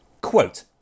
Quote